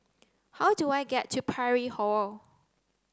how do I get to Parry Hall